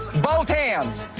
both hands.